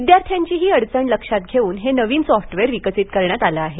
विद्यार्थ्यांची ही अडचण लक्षात घेऊन हे नवीन सॉप्टवेअर विकसित करण्यात आलं आहे